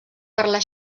parlar